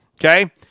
Okay